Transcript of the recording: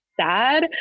sad